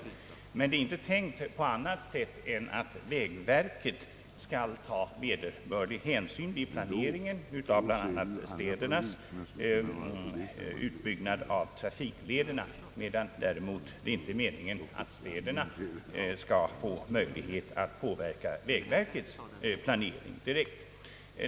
Detta innebär dock inte något annat än att vägverket skall ta vederbörlig hänsyn vid planeringen av bl.a. städernas utbyggnad av trafiklederna, medan det däremot inte är meningen att städerna skall få möjlighet att direkt påverka vägverkets planering.